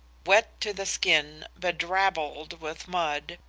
wet to the skin, bedrabbled with mud,